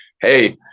Hey